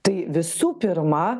tai visų pirma